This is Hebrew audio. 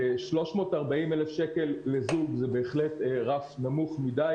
340 אלף שקל לזוג זה בהחלט רף נמוך מידי.